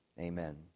Amen